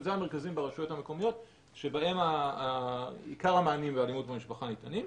אלה המרכזים ברשויות המקומיות שבהם עיקר המענים לאלימות במשפחה ניתנים.